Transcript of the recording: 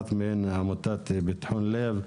אחת מהן היא עמותת פתחון לב.